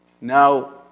Now